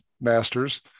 masters